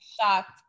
shocked